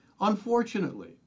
Unfortunately